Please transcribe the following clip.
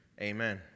Amen